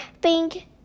pink